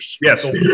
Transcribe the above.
Yes